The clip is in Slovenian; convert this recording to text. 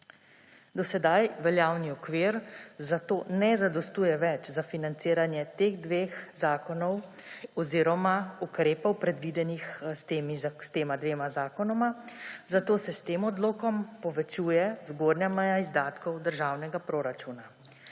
Do sedaj veljavni okvir zato ne zadostuje več za financiranje teh dveh zakonov oziroma ukrepov, predvidenih s tema dvema zakonoma, zato se s tem odlokom povečuje zgornja meja izdatkov državnega proračuna.